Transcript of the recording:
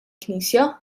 knisja